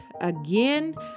again